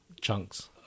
chunks